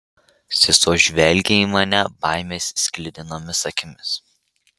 sesuo žvelgė į mane baimės sklidinomis akimis